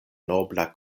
nobla